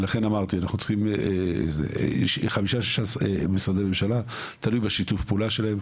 ולכן אמרתי אנחנו צריכים 5-6 משרדי ממשלה תלוי בשיתוף הפעולה שלהם,